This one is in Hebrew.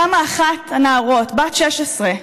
קמה אחת הנערות, בת 16,